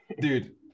Dude